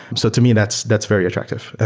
so to me, that's that's very attractive.